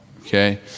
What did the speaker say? okay